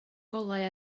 golau